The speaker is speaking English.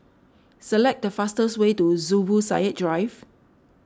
select the fastest way to Zubir Said Drive